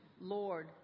Lord